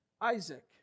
Isaac